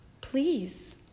Please